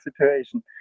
situation